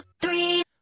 three